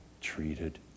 treated